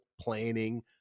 planning